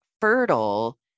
fertile